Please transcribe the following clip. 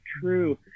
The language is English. true